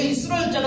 Israel